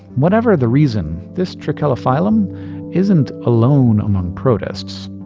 whatever the reason, this trachelophyllum isn't alone among protists.